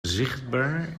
zichtbaar